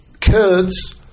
Kurds